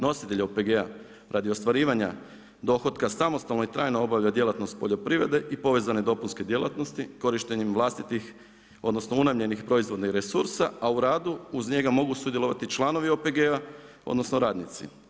Nositelj OPG-a radi ostvarivanja dohotka samostalno i trajno obavlja djelatnost poljoprivrede i povezane dopunske djelatnosti korištenjem vlastitih odnosno, unajmljenih proizvodnih resursa, a u radu uz njega mogu sudjelovati članovi OPG-a odnosno, radnici.